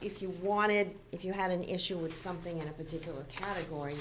if you wanted if you had an issue with something in a particular category